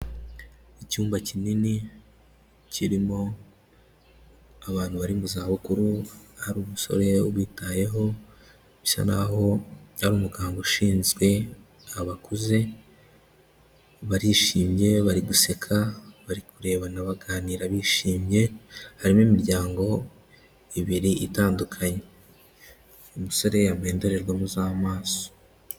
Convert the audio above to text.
Icyumba kinini kirimo abantu bari mu zabukuru, hari umusore ubitayeho, bisa naho ari umuganga ushinzwe abakuze, barishimye bari guseka, bari kurebana baganira bishimye, harimo imiryango ibiri itandukanye, umusore yambaye indorerwamo z'amaso.